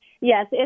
Yes